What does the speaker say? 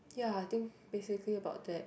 ya I think basically about that